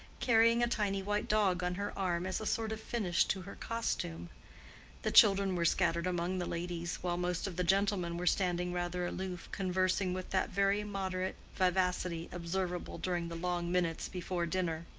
carrying a tiny white dog on her arm as a sort of finish to her costume the children were scattered among the ladies, while most of the gentlemen were standing rather aloof, conversing with that very moderate vivacity observable during the long minutes before dinner.